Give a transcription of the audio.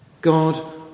God